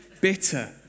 bitter